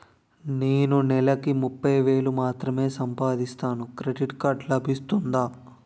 నేను నెల కి ముప్పై వేలు మాత్రమే సంపాదిస్తాను క్రెడిట్ కార్డ్ లభిస్తుందా?